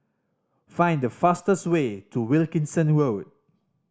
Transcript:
find the fastest way to Wilkinson Road